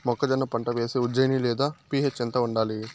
మొక్కజొన్న పంట వేస్తే ఉజ్జయని లేదా పి.హెచ్ ఎంత ఉండాలి?